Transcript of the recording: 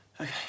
Okay